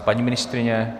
Paní ministryně?